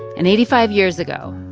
and eighty five years ago,